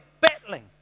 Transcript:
battling